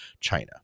China